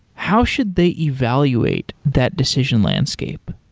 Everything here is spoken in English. how should they evaluate that decision landscape?